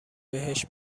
بهش